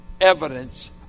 evidence